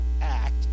act